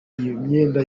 myenda